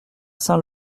saint